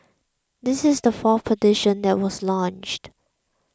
this is the fourth petition that was launched